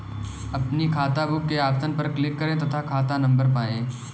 अपनी खाताबुक के ऑप्शन पर क्लिक करें तथा खाता नंबर पाएं